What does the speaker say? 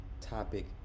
topic